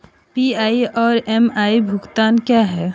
PI और MI भुगतान क्या हैं?